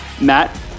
Matt